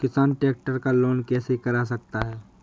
किसान ट्रैक्टर का लोन कैसे करा सकता है?